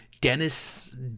Dennis